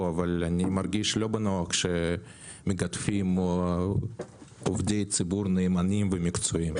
אבל אני לא מרגיש בנוח שמגדפים עובדי ציבור נאמנים ומקצועיים.